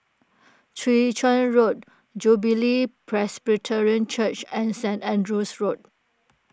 Chwee Chian Road Jubilee Presbyterian Church and Saint Andrew's Road